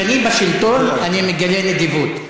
כשאני בשלטון אני מגלה נדיבות.